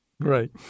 Right